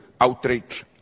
outrage